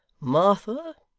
martha,